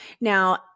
Now